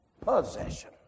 possession